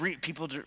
People